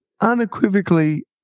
unequivocally